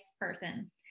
person